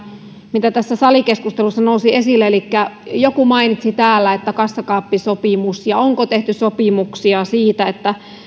mitä tässä salikeskustelussa nousi esille elikkä joku mainitsi täällä kassakaappisopimuksen ja sen onko tehty sopimuksia siitä